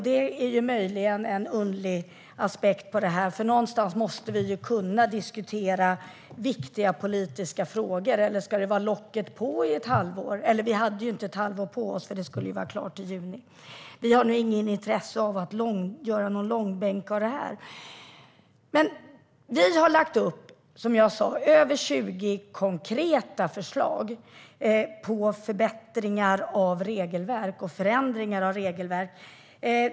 Det är ju möjligen en underlig aspekt på detta, för någonstans måste vi ju kunna diskutera viktiga politiska frågor. Eller ska det vara locket på i ett halvår? Fast vi hade ju inte ett halvår på oss, för det skulle vara klart i juni. Vi har inget intresse av att dra detta i långbänk. Som jag sa har vi lagt fram över 20 konkreta förslag på förbättringar av regelverk och förändringar av regelverk.